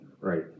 right